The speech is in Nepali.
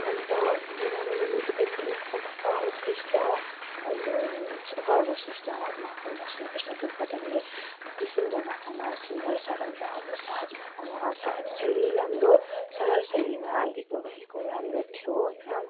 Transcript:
अन्त मुना मदनमा चाहिँ यति उत् उत् उत्कृष्ट अब सर्वश्रेष्ट महाकवि लक्ष्मीप्रसाद देवकोटाले यति सुन्दर भाषामा सुन्दर सरल र अब सहज भाषामा सहज शैली राम्रो सरल शैलीमा लेख्नु भएको राम्रो थियो होइन